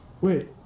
wait